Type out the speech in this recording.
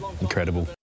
incredible